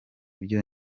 byo